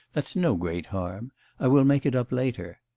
that's no great harm i will make it up later.